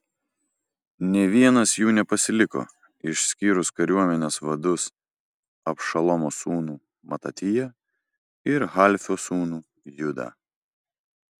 nė vienas jų nepasiliko išskyrus kariuomenės vadus abšalomo sūnų matatiją ir halfio sūnų judą